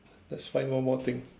let's find one more thing